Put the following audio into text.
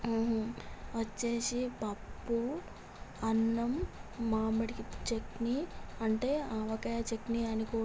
వచ్చి పప్పు అన్నం మామిడి చట్నీ అంటే ఆవకాయ చట్నీ అని కూడా అంటారు